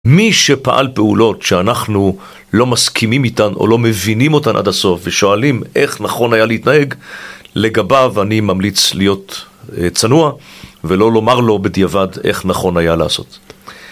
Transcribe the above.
מי שפעל פעולות שאנחנו לא מסכימים איתן או לא מבינים אותן עד הסוף ושואלים איך נכון היה להתנהג, לגביו אני ממליץ להיות צנוע ולא לומר לו בדיעבד איך נכון היה לעשות.